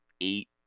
eight